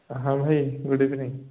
ହଁ ଭାଇ good evening